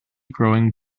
growing